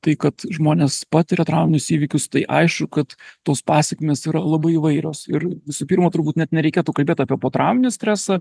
tai kad žmonės patiria trauminius įvykius tai aišku kad tos pasekmės yra labai įvairios ir visų pirma turbūt net nereikėtų kalbėt apie potrauminį stresą